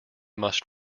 must